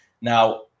now